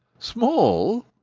small!